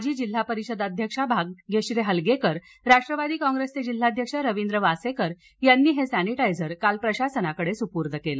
माजी जिल्हा परिषद अध्यक्षा भाग्यश्री हलगेकर राष्ट्रवादी काँप्रेसचे जिल्हाध्यक्ष रवींद्र वासेकर यांनी हे सप्टिटायझर काल प्रशासनाकडे सुपूर्द केलं